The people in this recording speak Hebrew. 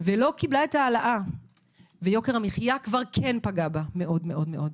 ולא קיבלו את ההעלאה ויוקר המחיה כבר כן פגעו בהם מאוד מאוד מאוד.